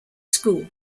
school